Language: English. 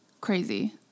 crazy